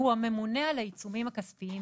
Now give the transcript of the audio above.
זה הממונה על העיצומים הכספיים.